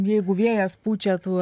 jeigu vėjas pučia tu